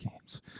Games